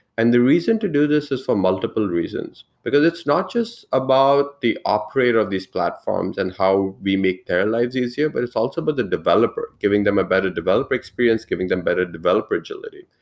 and the reason to do this is for multiple reasons, because it's not just about the operator of these platforms and how we make their lives easier, but it's also about but the developer, giving them a better developer experience, giving them better developer agility.